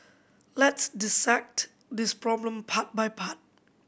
let's dissect this problem part by part